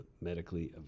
medically